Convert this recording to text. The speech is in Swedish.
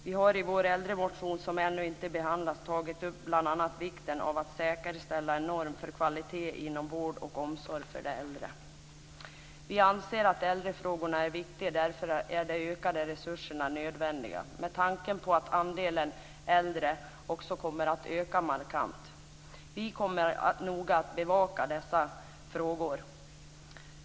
Vi har i vår äldremotion, som ännu inte har behandlats, tagit upp bl.a. vikten av att säkerställa en norm för kvalitet inom vård och omsorg för de äldre. Vi anser att äldrefrågorna är viktiga. Därför är de ökade resurserna nödvändiga med tanke på att andelen äldre också kommer att öka markant. Vi kommer att noga bevaka dessa frågor.